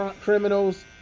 criminals